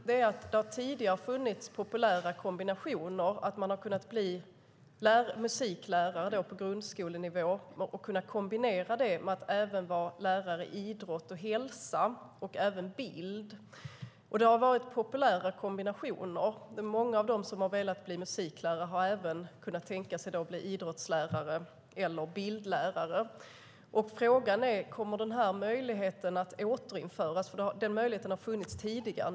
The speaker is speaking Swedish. Det har tidigare funnits populära kombinationer, där man har kunnat bli musiklärare på grundskolenivå och samtidigt kombinera det med att vara lärare i idrott och hälsa och även i bild. Det har varit populära kombinationer. Många av dem som har velat bli musiklärare har även kunnat tänka sig att bli idrottslärare eller bildlärare. Frågan är då: Kommer denna möjlighet att återinföras? Möjligheten har ju funnits tidigare.